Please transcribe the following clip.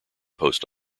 post